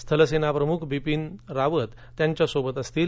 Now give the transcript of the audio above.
स्थलसेना प्रमुख जनरल बिपिन रावत त्यांच्या सोबत असतील